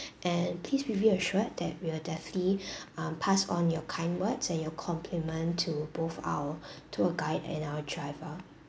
and please be reassured that we're definitely um pass on your kind words and your compliment to both our tour guide and our driver